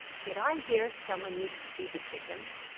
did i hear someone needs to feed the chickens?